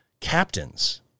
captains